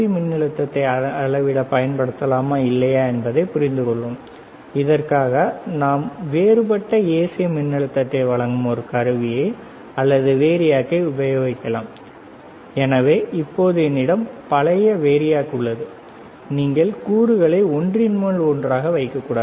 மின்னழுத்தத்தை அளவிட பயன்படுத்தலாமா இல்லையா என்பதைப் புரிந்துகொள்வோம் இதற்காக நாம் வேறுபட்ட ஏசி மின்னழுத்தத்தை வழங்கும் ஒரு கருவியை அல்லது வேறியாக்கை உபயோகிக்கலாம் எனவே இப்போது என்னிடம் பழைய வேறியாக் உள்ளது நீங்கள் கூறுகளை ஒன்றின்மேல் ஒன்றாக வைக்கக்கூடாது